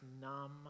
numb